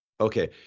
Okay